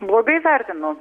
blogai vertinu